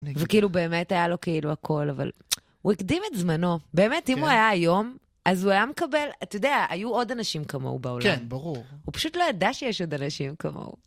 וכאילו, באמת היה לו כאילו הכול, אבל הוא הקדים את זמנו. באמת, אם הוא היה היום, אז הוא היה מקבל... אתה יודע, היו עוד אנשים כמוהו בעולם. כן, ברור. הוא פשוט לא ידע שיש עוד אנשים כמוהו.